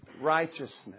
righteousness